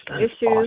issues